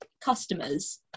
customers